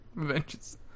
Avengers